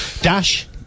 Dash